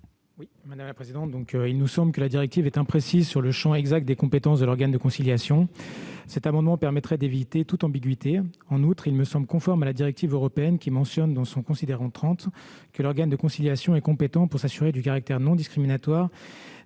l'avis de la commission ? Il nous semble que la directive est imprécise quant au champ exact des compétences de l'organe de conciliation. L'adoption de ces amendements permettrait d'éviter toute ambiguïté. En outre, leurs dispositions me semblent conformes à la directive européenne, qui mentionne, dans son considérant 30, que l'organe de conciliation est compétent pour s'assurer du « caractère non discriminatoire